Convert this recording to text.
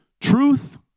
Truth